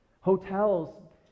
Hotels